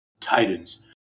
Titans